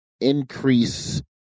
increase